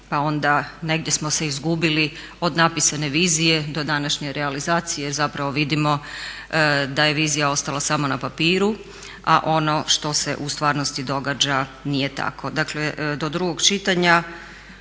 Pa onda negdje smo se izgubili od napisane vizije do današnje realizacije jer zapravo vidimo da je vizija ostala samo na papiru a ono što se u stvarnosti događa nije tako.